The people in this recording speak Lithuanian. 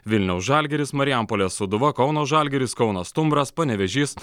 vilniaus žalgiris marijampolės sūduva kauno žalgiris kauno stumbras panevėžys